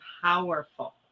powerful